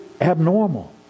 abnormal